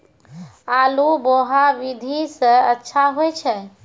आलु बोहा विधि सै अच्छा होय छै?